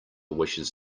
wishes